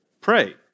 Pray